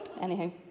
Anyhow